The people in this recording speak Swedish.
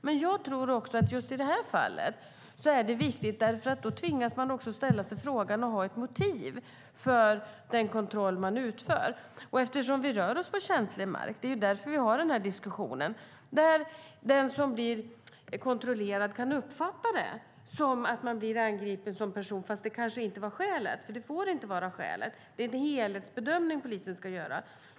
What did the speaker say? Men jag tror också att det just i detta fall är viktigt, för då tvingas man ställa sig frågan och ha ett motiv för den kontroll man utför. Och vi rör oss på känslig mark - det är därför vi har denna diskussion - för den som blir kontrollerad kan uppfatta det som att man blir angripen som person fast det kanske inte var skälet. Det får inte vara skälet, för det är en helhetsbedömning polisen ska göra.